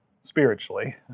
spiritually